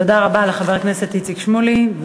תודה רבה לחבר הכנסת איציק שמולי,